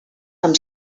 amb